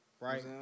Right